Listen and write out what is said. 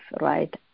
right